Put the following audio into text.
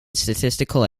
statistical